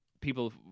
people